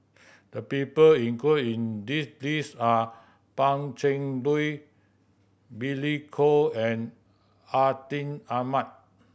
the people include in the list are Pan Cheng Lui Billy Koh and Atin Amat